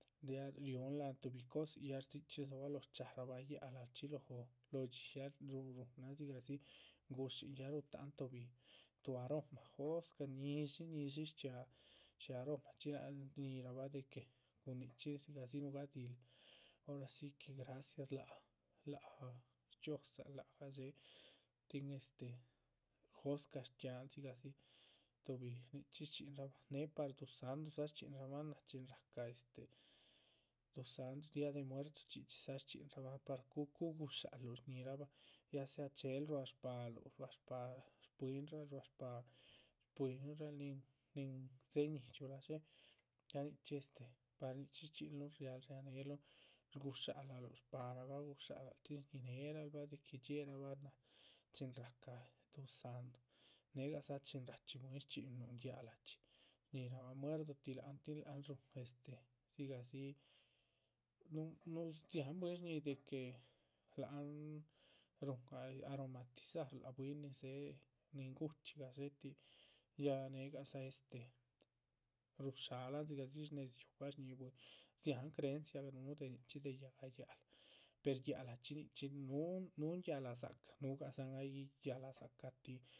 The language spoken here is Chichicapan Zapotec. Ya rihonuh láhan tuhbi cosin ya dzichxí rdzohobaloh shcarabah yáac´lah lóho, lóho dxí ya ru ruhunan dzigahdzi gushín yáha ruhutahan tuhbi tuh aroma. jóscah, ñíshin, ñíshi shchxíahaa hsí aromachxí náhal shñíhirabah de que cun nichxí dzidahdzi núhugadil, ora si que gracias láha láha shdhxiózaal láha, gadxé. tin este jóscah shchxíahan dzigahdzi tuhbi nichxíhi shchxíhinrabahn néhe par duzáhndu dzá, shchxihinrabahn ya náha chin rahca este duzáhndu día de muertos, chxí chxídza. shchxíhinrabahn par cu´hu gushálahaluh shñíhirabahn ya sea chéhel ruá shpahaluh ruá shpáha shúinral ruá shpáha nin dzéheñidxurashé. ya nichxí estepar nic´hxí shchxínluhu astáh rian néhelun gushálaga shpáharabah gushálac, tin shñíhinerabah dxiéherabah náh chin rahca duzáhndu, néhegadza. chin rachxí bwín shchxínuhun yágachxi shñíhirabha muerdotih láhan tin láhan rúhun este dzigahdzi núhu núhu dziáhan bwín shñíhi de que láha ruhun aromatizar. lác bwín nin dzéhe, nin guchxí gadxéhe tih, ya négegadza este, ruhushálahan dzigah dzi shnéhedimahan shñíhin carrera sanre dziáhan crehenciagah núhu de. nichxí de yáhga yáhla, pero yáac´lahchxi nichxí núhun yáac´lah ddzáca nuhugadzan ahyi yáhladzaca tih